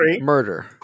murder